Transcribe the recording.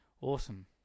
Awesome